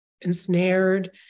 ensnared